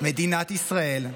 מדינת ישראל,